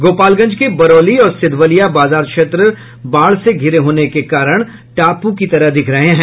गोपालगंज के बरौली और सिधवलिया बाजार क्षेत्र बाढ़ से घिरे होने के कारण टाप् की तरह दिख रहे हैं